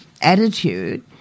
attitude